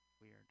weird